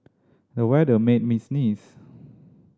the weather made me sneeze